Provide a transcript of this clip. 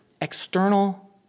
external